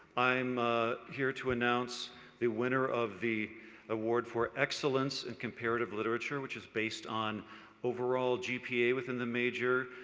i'm here to announce the winner of the award for excellence in comparative literature, which is based on overall gpa within the major,